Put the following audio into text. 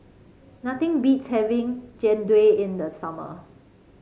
nothing beats having Jian Dui in the summer